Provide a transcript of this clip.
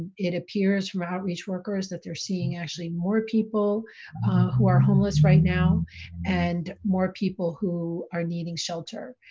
it appears from outreach workers that they're seeing actually more people who are homeless right now and more people who are needing shelter,